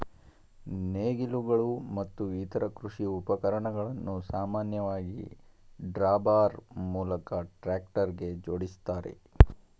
ನೇಗಿಲುಗಳು ಮತ್ತು ಇತರ ಕೃಷಿ ಉಪಕರಣಗಳನ್ನು ಸಾಮಾನ್ಯವಾಗಿ ಡ್ರಾಬಾರ್ ಮೂಲಕ ಟ್ರಾಕ್ಟರ್ಗೆ ಜೋಡಿಸ್ತಾರೆ